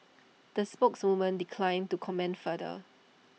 the spokeswoman declined to comment further